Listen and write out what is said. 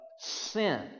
sin